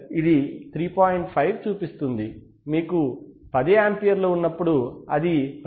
5 చూపిస్తుంది మీకు 10 ఆంపియర్లు ఉన్నప్పుడు అది 10